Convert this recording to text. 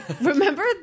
remember